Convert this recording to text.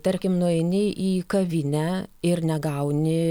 tarkim nueini į kavinę ir negauni